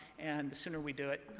and the sooner we do it,